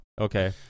Okay